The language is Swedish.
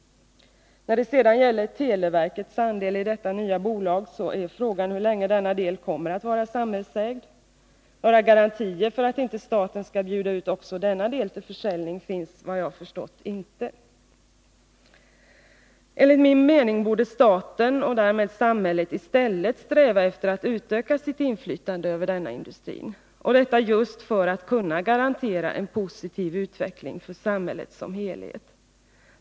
När det sedan gäller televerkets andel i det nya bolaget är frågan hur länge denna del kommer att vara samhällsägd. Några garantier för att inte staten skall bjuda ut också denna del till försäljning finns, såvitt jag har förstått, inte. Enligt min mening borde staten, och därmed samhället, i stället sträva efter att utöka sitt inflytande över denna industri, detta just för att kunna garantera en positiv utveckling för samhället som helhet.